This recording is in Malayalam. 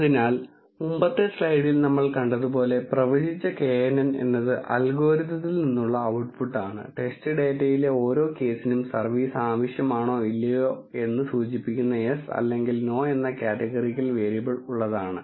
അതിനാൽ മുമ്പത്തെ സ്ലൈഡിൽ നമ്മൾ കണ്ടതുപോലെ പ്രവചിച്ച knn എന്നത് അൽഗോരിതത്തിൽ നിന്നുള്ള ഔട്ട്പുട്ടാണ് ടെസ്റ്റ് ഡാറ്റയിലെ ഓരോ കേസിനും സർവീസ് ആവശ്യമാണോ അല്ലയോ എന്ന് സൂചിപ്പിക്കുന്ന യെസ് അല്ലെങ്കിൽ നോ എന്ന കാറ്റഗറിക്കൽ വേരിയബിൾ ഉള്ളതാണ്